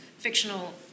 fictional